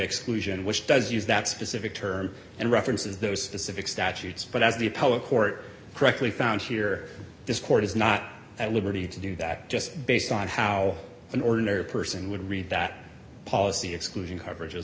exclusion which does use that specific term and references those specific statutes but as the appellate court correctly found here this court is not at liberty to do that just based on how an ordinary person would read that policy excluding coverage as